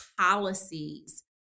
policies